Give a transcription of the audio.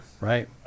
Right